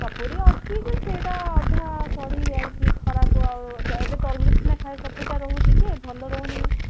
ସପୁରି ଅଛି ଯେ ସେଇଟା ଅଧା ସଢ଼ି ଯାଇଛି ଖରାକୁ ଆଉ ଏବେ ତରଭୁଜ ସିନା ଖାଇ ସପୁରିଟା ରହୁଛି ଯେ ଭଲ ରହୁନି